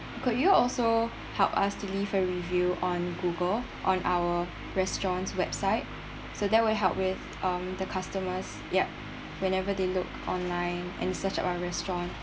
could you also help us to leave a review on google on our restaurant's website so that would help with um the customers ya whenever they look online and search our restaurant